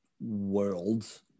world